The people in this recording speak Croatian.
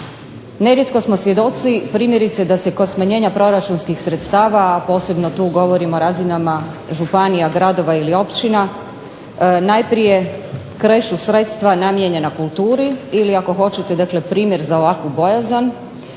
Nerijetko smo svjedoci primjerice da se kod smanjenja proračunskih sredstava, a posebno tu govorim o razinama županija, gradova ili općina najprije krešu sredstva namijenjena kulturi ili ako hoćete primjer za ovakvu bojazan.